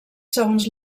segons